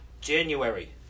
January